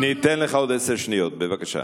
אני אתן לך עוד עשר שניות, בבקשה.